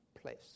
place